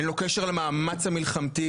אין לו קשר למאמץ המלחמתי.